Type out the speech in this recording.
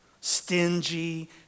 stingy